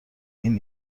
این